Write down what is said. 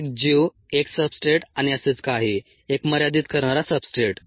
एक जीव एक सब्सट्रेट आणि असेच काही एक मर्यादित करणारा सब्सट्रेट